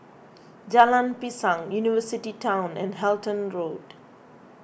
Jalan Pisang University Town and Halton Road